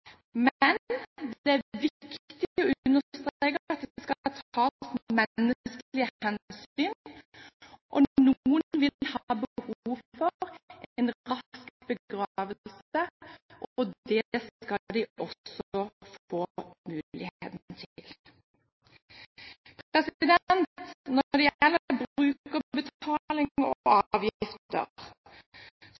Men det er viktig å understreke at det skal tas menneskelige hensyn, og noen vil ha behov for en rask begravelse. Det skal de også få muligheten til. Når det gjelder brukerbetaling og